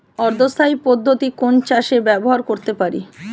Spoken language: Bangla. অর্ধ স্থায়ী পদ্ধতি কোন চাষে ব্যবহার করতে পারি?